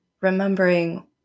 remembering